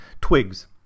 twigs